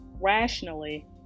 rationally